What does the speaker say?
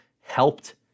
helped